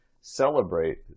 celebrate